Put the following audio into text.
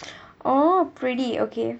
orh pretty okay